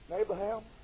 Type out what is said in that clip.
Abraham